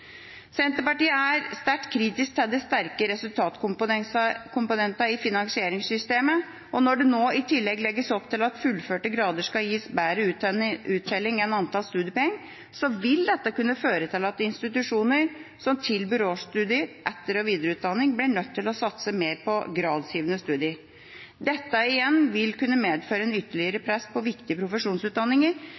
Senterpartiet er sterkt kritisk til de sterke resultatkomponentene i finansieringssystemet. Når det nå i tillegg legges opp til at fullførte grader skal gi bedre uttelling enn antall studiepoeng, vil dette kunne føre til at institusjoner som tilbyr årsstudier, etter- og videreutdanning, blir nødt til å satse mer på gradsgivende studier. Dette vil igjen kunne medføre et ytterligere press på viktige profesjonsutdanninger,